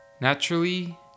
Naturally